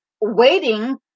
waiting